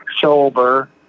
sober